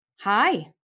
Hi